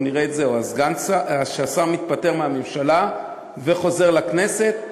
או סגן השר כשהשר מתפטר מהממשלה וחוזר לכנסת,